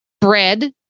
bread